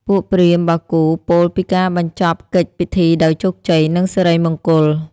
ពួកព្រាហ្មណ៍បាគូពោលពីការបញ្ចប់កិច្ចពិធីដោយជោគជ័យ និងសិរីមង្គល។